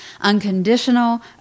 unconditional